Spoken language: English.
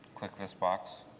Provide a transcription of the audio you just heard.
click this box.